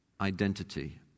identity